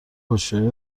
هوشیاری